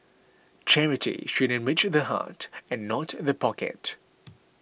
charity should enrich the heart and not in the pocket